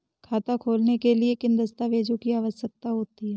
खाता खोलने के लिए किन दस्तावेजों की आवश्यकता होती है?